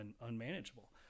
unmanageable